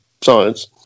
science